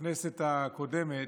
בכנסת הקודמת,